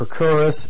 Procurus